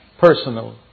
personal